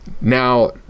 now